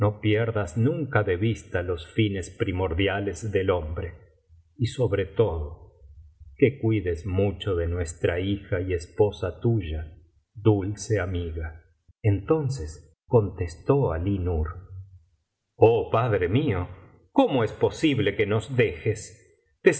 pierdas nunca de vista los fines primordiales del hombre y sobre todo que cuides mucho de nuestra hija y esposa tuya dulce amiga entonces contestó alí nur oh padre mío cómo es posible que nos dejes